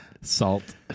Salt